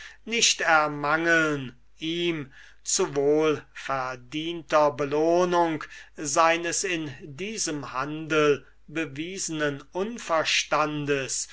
nicht ermangeln ihm zu wohlverdienter belohnung seines in diesem handel bewiesenen unverstands